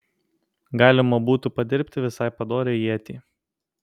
galima būtų padirbti visai padorią ietį